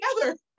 together